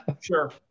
Sure